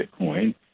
Bitcoin